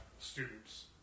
students